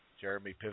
Jeremy